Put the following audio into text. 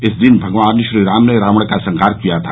इस दिन भगवान श्रीराम ने रावण का संहार किया था